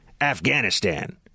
Afghanistan